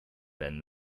than